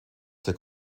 der